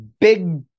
big